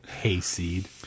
Hayseed